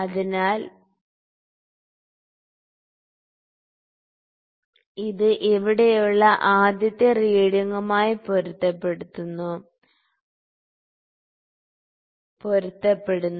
അതിനാൽ ഇത് ഇവിടെയുള്ള ആദ്യത്തെ റീഡിങ്ങുമായി പൊരുത്തപ്പെടുന്നു